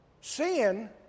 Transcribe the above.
Sin